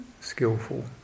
skillful